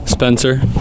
Spencer